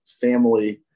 family